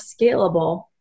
scalable